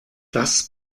das